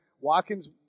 Watkins